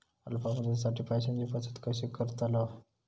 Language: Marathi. अल्प मुदतीसाठी पैशांची बचत कशी करतलव?